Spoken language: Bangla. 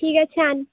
ঠিক আচ্ছা আন